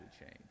change